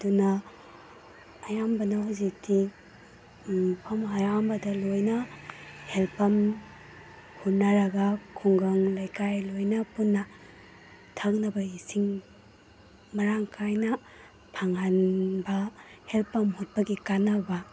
ꯑꯗꯨꯅ ꯑꯌꯥꯝꯕꯅ ꯍꯧꯖꯤꯛꯇꯤ ꯃꯐꯝ ꯑꯌꯥꯝꯕꯗ ꯂꯣꯏꯅ ꯍꯦꯜ ꯄꯝ ꯍꯨꯠꯅꯔꯒ ꯈꯨꯡꯒꯪ ꯂꯩꯀꯥꯏ ꯂꯣꯏꯅ ꯄꯨꯟꯅ ꯊꯛꯅꯕ ꯏꯁꯤꯡ ꯃꯔꯥꯡ ꯀꯥꯏꯅ ꯐꯪꯍꯟꯕ ꯍꯦꯜ ꯄꯝ ꯍꯨꯠꯄꯒꯤ ꯀꯥꯟꯅꯕ